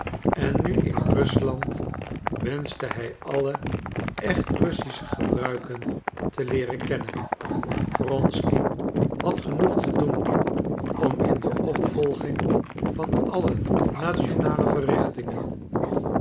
en nu in rusland wenschte hij alle echt russische gebruiken te leeren kennen wronsky had genoeg te doen om in de opvolging van alle nationale verrichtingen